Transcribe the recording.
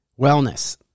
Wellness